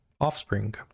Offspring